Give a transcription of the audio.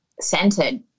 centered